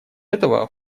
этого